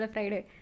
Friday